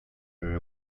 her